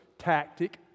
Tactic